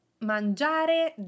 Mangiare